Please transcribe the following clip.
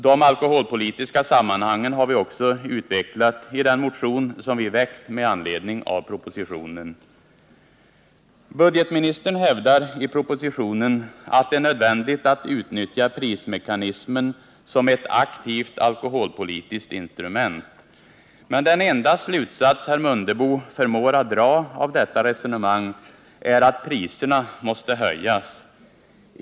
De alkoholpolitiska sammanhangen har vi också utvecklat i den motion som vi väckt med anledning av propositionen. Budgetministern hävdar i propositionen att det är nödvändigt att utnyttja prismekanismen som ett aktivt alkoholpolitiskt instrument. Men den enda slutsats herr Mundebo förmår dra av detta resonemang är att priserna måste höjas.